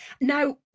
now